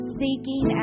seeking